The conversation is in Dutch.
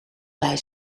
bij